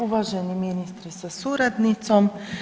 Uvaženi ministre sa suradnicom.